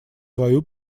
свою